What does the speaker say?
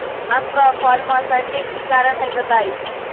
आम क फल म सरने कि कारण हई बताई?